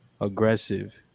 Aggressive